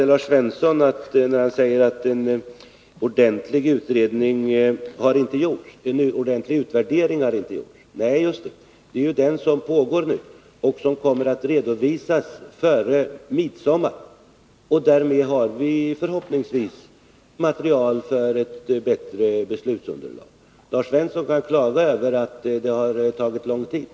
Lars Svensson säger att en ordentlig utvärdering inte har gjorts. Nej, just det! Det är den som pågår nu och som kommer att redovisas före midsommar. Därmed har vi förhoppningsvis ett bättre material som beslutsunderlag. Lars Svensson kan givetvis klaga över att det tagit lång tid.